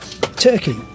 Turkey